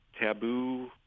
taboo